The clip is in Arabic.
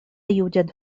يوجد